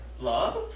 Love